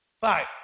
Five